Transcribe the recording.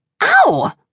Ow